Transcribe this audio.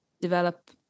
develop